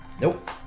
Nope